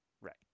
right